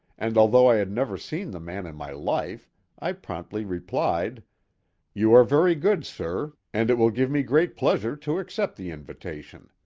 and although i had never seen the man in my life i promptly replied you are very good, sir, and it will give me great pleasure to accept the invitation.